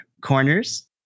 corners